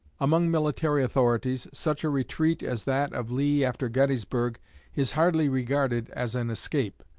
among military authorities, such a retreat as that of lee after gettysburg is hardly regarded as an escape.